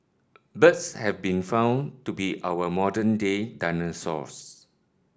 birds have been found to be our modern day dinosaurs